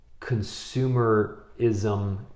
consumerism